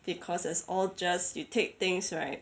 because it's all just you take things right